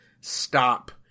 stop